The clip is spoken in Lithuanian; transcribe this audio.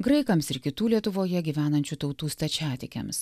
graikams ir kitų lietuvoje gyvenančių tautų stačiatikiams